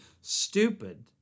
stupid